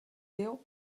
déu